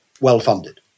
well-funded